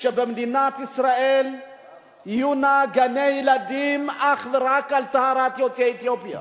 שבמדינת ישראל יהיו גני-ילדים אך ורק על טהרת יוצאי אתיופיה.